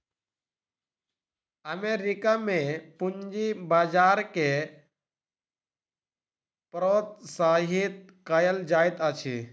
America में पूंजी बजार के प्रोत्साहित कयल जाइत अछि